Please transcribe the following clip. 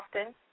often